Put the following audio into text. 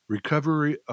Recovery